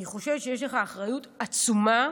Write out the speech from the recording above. אני חושבת שיש לך אחריות עצומה